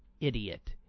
idiot